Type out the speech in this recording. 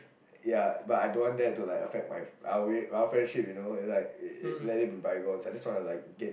ya but I don't want that to like affect my our it our friendship you know is like it it let it be bygones I just want to like get